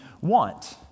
want